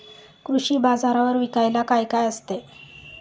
कृषी बाजारावर विकायला काय काय असते?